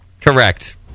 Correct